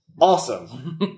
Awesome